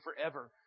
forever